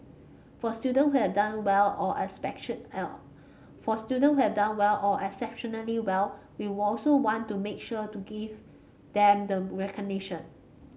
for students who have done well or for students who have done well or exceptionally well we also want to make sure to give them the recognition